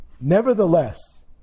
nevertheless